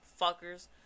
fuckers